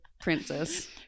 Princess